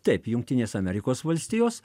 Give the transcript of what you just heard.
taip jungtinės amerikos valstijos